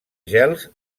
gels